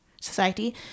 society